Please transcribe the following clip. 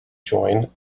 join